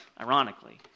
ironically